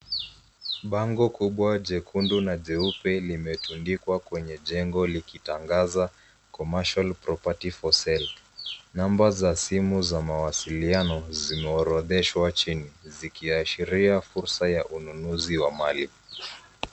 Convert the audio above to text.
Bango kubwa jekundu na jeupe limetundikwa kwenye jengo likitangaza commercial property for sale . Namba za simu za mawasiliano zimeorodheshwa chini zikiashiria fursa ya ununuzi wa mali.